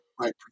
Right